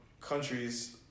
countries